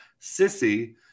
Sissy